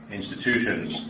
institutions